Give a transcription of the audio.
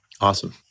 Awesome